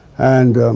and